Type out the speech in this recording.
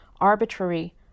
arbitrary